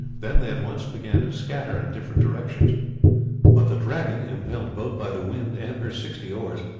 then they at once began to scatter in different directions but the dragon, impelled both by the wind and her sixty oars,